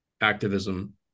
activism